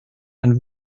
and